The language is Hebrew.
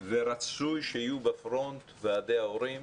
ורצוי שבפרונט יהיו ועדי ההורים,